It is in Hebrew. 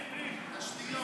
אני הפנים.